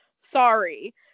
sorry